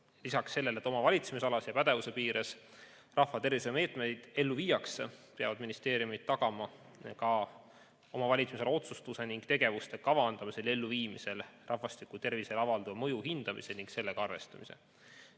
Lisaks sellele, et oma valitsemisalas ja pädevuse piires rahvatervishoiu meetmeid ellu viiakse, peavad ministeeriumid tagama ka omavalitsusele otsustuste ning tegevuste kavandamisel ja elluviimisel rahvastiku tervisele avalduva mõju hindamise ning sellega arvestamise.